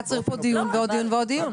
היה צריך פה דיון ועוד דיון ועוד דיון.